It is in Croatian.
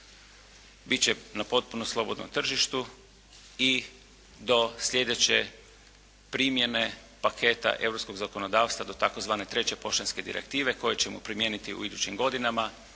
će na potpunom slobodnom tržištu i do sljedeće primjene, paketa europskog zakonodavstva do tzv. treće poštanske direktive koje ćemo primijeniti u idućim godinama,